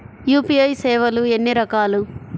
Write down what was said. UPI సేవలు ఎన్నిరకాలు?